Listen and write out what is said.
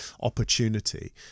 opportunity